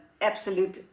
absolute